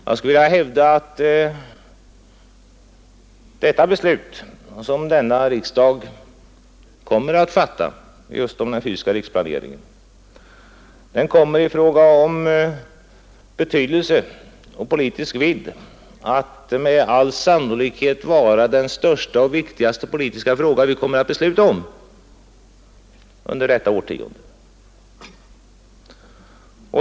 Jag skulle vilja hävda att det beslut som riksdagen kommer att fatta om den fysiska riksplaneringen får en sådan betydelse och en sådan politisk vidd att det med all sannolikhet blir det största och viktigaste beslut som vi kommer att fatta under detta årtionde.